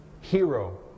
hero